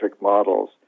models